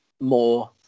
more